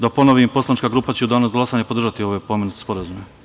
Da ponovim, poslanička grupa će u danu za glasanje podržati ove pomenute sporazume.